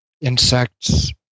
insects